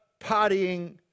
partying